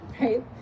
right